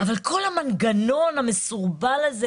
אבל כל המנגנון המסורבל הזה